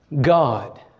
God